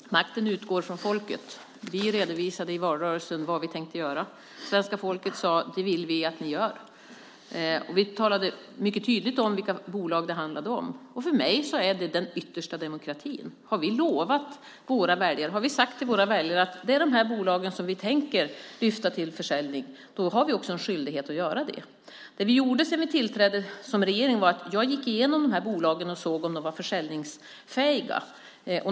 Fru talman! Makten utgår från folket. I valrörelsen redovisade vi vad vi tänkte göra. Svenska folket sade: Det vill vi att ni gör. Vi talade mycket tydligt om vilka bolag det handlade om. För mig är detta den yttersta demokratin. Har vi sagt till våra väljare att det är de här bolagen som vi tänker lyfta fram till försäljning har vi också en skyldighet att göra det. Efter det att vi tillträtt som regering gick jag igenom bolagen för att se om de var försäljningsfähiga.